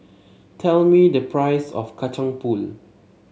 tell me the price of Kacang Pool